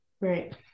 Right